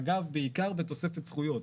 בעיקר בתוספת זכויות.